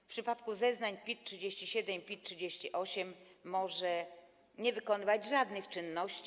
W przypadku zeznań PIT-37 i PIT-38 może nie wykonywać żadnych czynności.